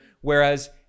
whereas